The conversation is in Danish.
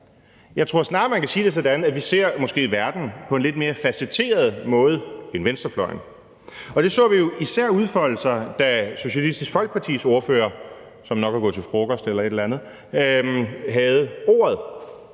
Jeg tror snarere, man kan sige det sådan, at vi måske ser verden på en lidt mere facetteret måde end venstrefløjen, og det så vi især udfoldet, da Socialistisk Folkepartis ordfører, som nok er gået til frokost eller et eller andet, havde ordet.